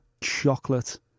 chocolate